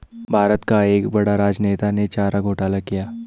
भारत का एक बड़ा राजनेता ने चारा घोटाला किया